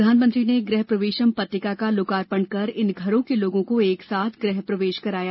प्रधानमंत्री ने गृह प्रवेशम पट्टिका का लोकार्पण कर इन घरों के लोगों को एक साथ गृह प्रवेश कराया